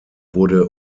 wurde